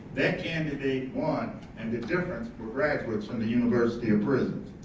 that candidate won. and the difference for graduates from the university of prisons.